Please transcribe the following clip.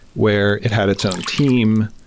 where it had its own team.